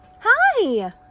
Hi